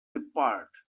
depart